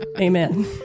Amen